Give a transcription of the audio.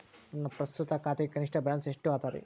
ನನ್ನ ಪ್ರಸ್ತುತ ಖಾತೆಗೆ ಕನಿಷ್ಠ ಬ್ಯಾಲೆನ್ಸ್ ಎಷ್ಟು ಅದರಿ?